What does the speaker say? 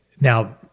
Now